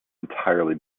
entirely